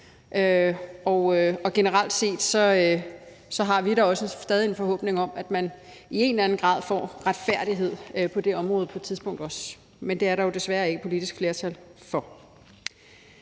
og generelt set har vi da også stadig en forhåbning om, at man også i en eller anden grad får retfærdighed på det område på et tidspunkt. Men det er der jo desværre ikke politisk flertal for.